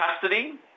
custody